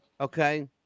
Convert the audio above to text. Okay